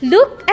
Look